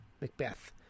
Macbeth